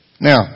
Now